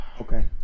Okay